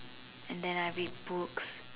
and then I read books